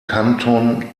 kanton